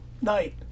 night